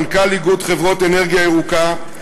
מנכ”ל איגוד חברות אנרגיה ירוקה,